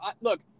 Look